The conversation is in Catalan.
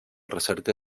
recerca